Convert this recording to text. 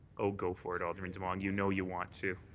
oh, go for it, alderman demong, you know you want to.